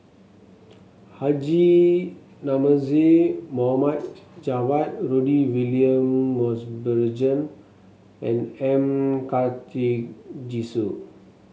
Haji Namazie Mohd Javad Rudy William Mosbergen and M Karthigesu